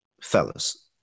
fellas